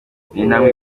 intambwe